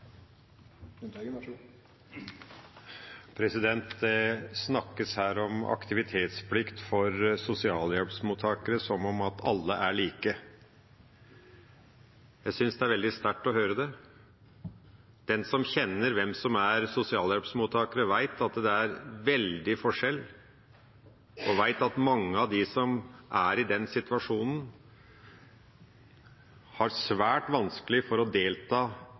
demotivert. :Det snakkes her om aktivitetsplikt for sosialhjelpsmottakere som om alle er like. Jeg syns det er veldig sterkt å høre det. Den som kjenner noen som er sosialhjelpsmottaker, vet at det er veldig forskjell, og at mange som er i den situasjonen, har svært vanskelig for å delta